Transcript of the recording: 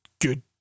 good